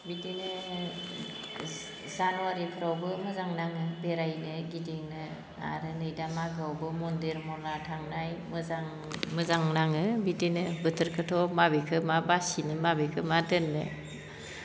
बिदिनो जानुवारिफोरावबो मोजां नाङो बेरायनो गिदिंनो आरो नै दा मागोआवबो मन्दिर मना थांनाय मोजां नाङो बिदिनो बोथोरखोथ' माबे मा बासिनो माबेखो मा दोननो